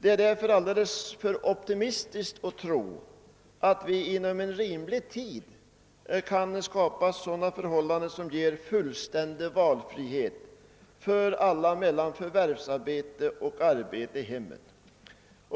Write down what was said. Det är därför alldeles för optimistiskt att tro, att vi inom rimlig tid kan skapa förhållanden som ger fullständig valfrihet för alla mellan förvärvsarbete och arbete i hemmet.